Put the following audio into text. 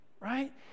Right